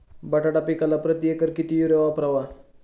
बटाटा पिकाला प्रती एकर किती युरिया वापरावा?